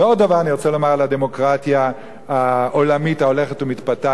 ועוד דבר אני רוצה לומר על הדמוקרטיה העולמית ההולכת ומתפתחת,